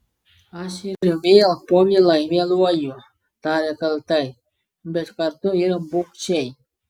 aš ir vėl povilai vėluoju tarė kaltai bet kartu ir bugščiai